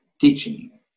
teaching